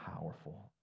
powerful